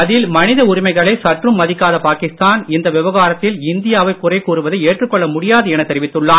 அதில் மனித உரிமைகளை சற்றும் மதிக்காத பாகிஸ்தான் இந்த விவகாரத்தில் இந்தியாவை குறைக் கூறுவதை ஏற்றுக் கொள்ள முடியாது என தெரிவித்துள்ளார்